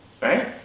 right